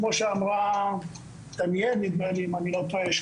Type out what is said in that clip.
כמו שאמרה דניאל נדמה לי אם אני לא טועה,